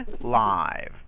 live